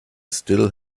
still